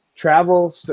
travel